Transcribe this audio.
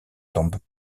tombent